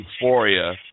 euphoria